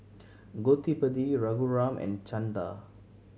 Gottipati Raghuram and Chanda